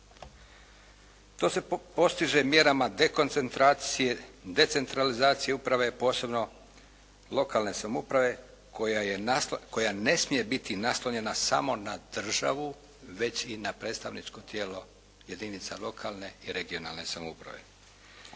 To se postiže mjerama dekoncentracije, decentralizacije uprave i posebno lokalne samouprave koja ne smije biti naslonjena samo na državu već i na predstavničko tijelo jedinica lokalne i regionalne samouprave.